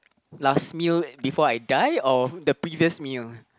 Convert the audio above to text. last meal before I die or the previous meal